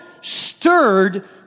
stirred